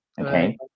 Okay